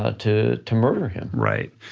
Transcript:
ah to to murder him. right,